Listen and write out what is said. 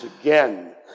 again